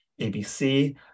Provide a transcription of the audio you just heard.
ABC